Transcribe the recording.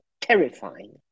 terrifying